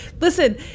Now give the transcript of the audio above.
Listen